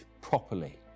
properly